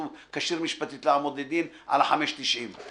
שהוא כשיר משפטית לעמוד לדין על ה-5.90 שקלים.